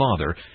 Father